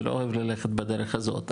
ולא אוהב ללכת בדרך הזאת,